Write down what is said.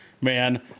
Man